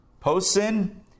post-sin